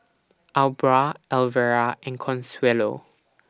Aubra Alvera and Consuelo